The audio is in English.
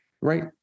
right